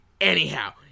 Anyhow